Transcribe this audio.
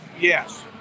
Yes